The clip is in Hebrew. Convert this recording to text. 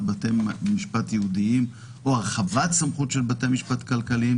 בתי משפט ייעודיים או הרחבת סמכות של בתי משפט כלכליים,